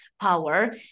power